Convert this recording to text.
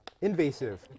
invasive